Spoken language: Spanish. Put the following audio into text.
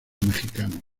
mexicanos